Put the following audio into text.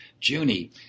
Junie